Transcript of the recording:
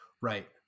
right